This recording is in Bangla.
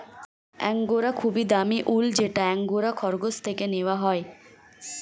অ্যাঙ্গোরা খুবই দামি উল যেটা অ্যাঙ্গোরা খরগোশ থেকে নেওয়া হয়